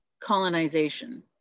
colonization